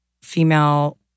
female